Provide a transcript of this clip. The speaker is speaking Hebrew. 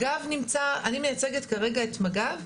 אני מייצגת כרגע את מג"ב.